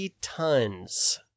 tons